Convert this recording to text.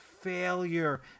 failure